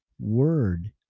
word